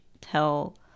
tell